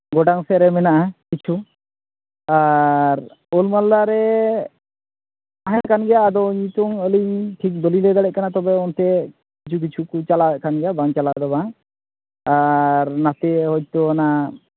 ᱜᱚᱰᱟᱝ ᱥᱮᱫ ᱨᱮ ᱢᱮᱱᱟᱜᱼᱟ ᱠᱤᱪᱷᱩ ᱟᱨ ᱳᱞᱰᱼᱢᱟᱞᱫᱟ ᱨᱮ ᱛᱟᱦᱮᱸ ᱠᱟᱱᱜᱮᱭᱟ ᱟᱫᱚ ᱱᱤᱛᱳᱜ ᱟᱹᱞᱤᱧ ᱴᱷᱤᱠ ᱵᱟᱹᱞᱤᱧ ᱞᱟᱹᱭ ᱫᱟᱲᱮᱜ ᱠᱟᱱᱟ ᱛᱚ ᱚᱱᱛᱮ ᱠᱤᱪᱷᱩ ᱠᱤᱪᱷᱩ ᱠᱤ ᱪᱟᱞᱟᱣᱮᱫ ᱠᱟᱱ ᱜᱮᱭᱟ ᱵᱟᱝ ᱪᱟᱞᱟᱣ ᱫᱚ ᱵᱟᱝ ᱟᱨ ᱱᱟᱥᱮ ᱦᱚᱭᱛᱳ ᱚᱱᱟ